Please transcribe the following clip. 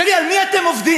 תגיד, על מי אתם עובדים?